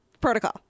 protocol